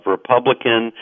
Republican